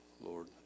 lord